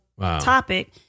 topic